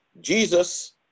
Jesus